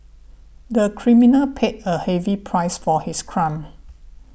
the criminal paid a heavy price for his crime